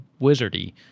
wizardy